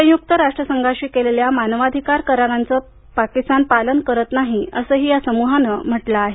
संयुक्त राष्ट्रसंघाशी केलेल्या मानवधिकार करारांच पाकिस्तान पालन करत नाही असंही या समूहानं म्हटलं आहे